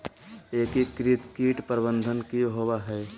एकीकृत कीट प्रबंधन की होवय हैय?